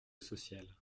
social